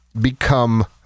become